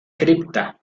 cripta